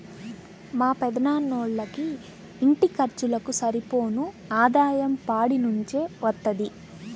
మా పెదనాన్నోళ్ళకి ఇంటి ఖర్చులకు సరిపోను ఆదాయం పాడి నుంచే వత్తది